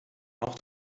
auch